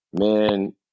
Man